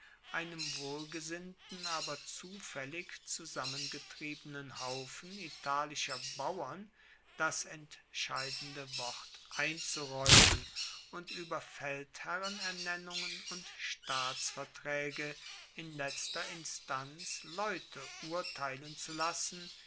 einem wohlgesinnten aber zufaellig zusammengetriebenen haufen italischer bauern das entscheidende wort einzuraeumen und ueber feldherrnernennungen und staatsvertraege in letzter instanz leute urteilen zu lassen